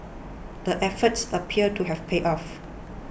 the efforts appear to have paid off